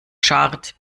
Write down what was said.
schart